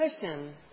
cushion